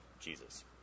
Jesus